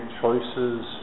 choices